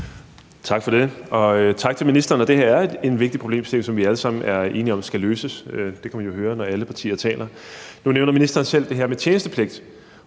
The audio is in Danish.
Tak for det. Og tak til ministeren. Det her er en vigtig problemstilling, som vi alle sammen er enige om skal løses; det kan man jo høre, når alle partier taler om det. Nu nævner ministeren selv det her med tjenestepligt,